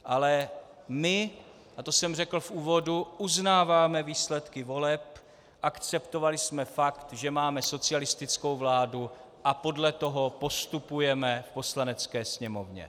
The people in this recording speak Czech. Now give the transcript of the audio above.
Ale my, a to jsem řekl v úvodu, uznáváme výsledky voleb, akceptovali jsme fakt, že máme socialistickou vládu, a podle toho postupujeme v Poslanecké sněmovně.